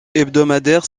hebdomadaire